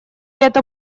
это